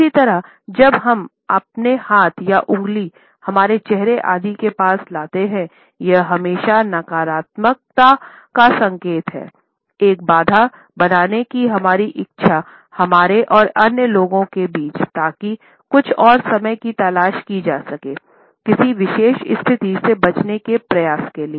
इसी तरह जब हम अपने हाथ या उंगली हमारे चेहरे आदि के पास लेते हैं यह हमेशा नकारात्मकताएक का संकेत है एक बाधा बनाने की हमारी इच्छा हमारा और अन्य लोगों के बीचताकि कुछ और समय की तलाश की जा सके किसी विशेष स्थिति से बचने के प्रयास के लिए